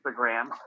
Instagram